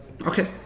Okay